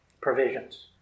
provisions